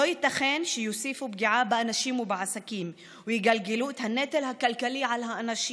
לא ייתכן שיוסיפו פגיעה באנשים ובעסקים ויגלגלו את הנטל על האנשים